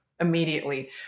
immediately